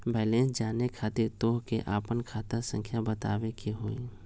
Balance जाने खातिर तोह के आपन खाता संख्या बतावे के होइ?